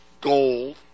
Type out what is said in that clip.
gold